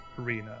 arena